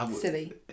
Silly